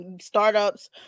startups